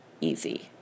easy